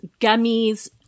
gummies